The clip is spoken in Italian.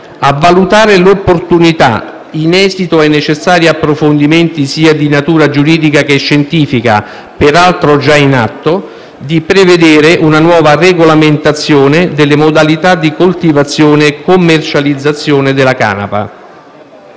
«a valutare l'opportunità, in esito ai necessari approfondimenti sia di natura giuridica che scientifica, peraltro già in atto, di prevedere una nuova regolamentazione delle modalità di coltivazione e commercializzazione della canapa».